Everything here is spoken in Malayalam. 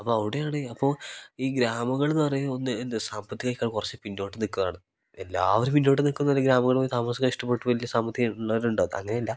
അപ്പോൾ അവിടെയാണ് അപ്പോൾ ഈ ഗ്രാമങ്ങളൾ എന്ന് പറയുക ഒന്ന് എന്ത് സാമ്പത്തികമായിക്കാണ്ട് കുറച്ച് പിന്നോട്ട് നിൽക്കുന്നതാണ് എല്ലാവരും പിന്നോട്ട് നിൽക്കുന്ന ഗ്രാമങ്ങളിൽ പോയി താമസിക്കാൻ ഇഷ്ടപ്പെട്ട് വലിയ സാമ്പത്തികം ഉള്ളവരുണ്ട് അങ്ങനെയല്ല